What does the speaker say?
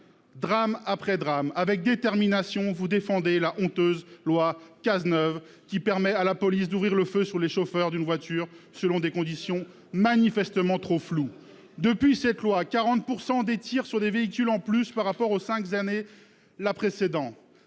drame après drame, avec détermination, vous défendez la honteuse loi Cazeneuve, qui permet à la police d'ouvrir le feu sur les chauffeurs d'une voiture selon des conditions manifestement trop floues. Depuis que cette loi est en vigueur, on constate que les tirs sur des véhicules ont augmenté de 40 % par rapport aux cinq années précédentes.